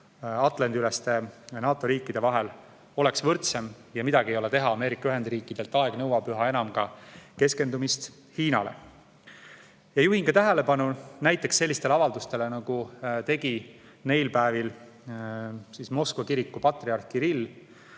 Atlandi-taguste NATO riikide vahel oleks võrdsem. Ja midagi ei ole teha, Ameerika Ühendriikidelt aeg nõuab üha enam keskendumist ka Hiinale. Ma juhin tähelepanu näiteks sellistele avaldustele, nagu tegi neil päevil Moskva kiriku patriarh Kirill.